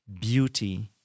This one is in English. beauty